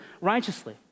righteously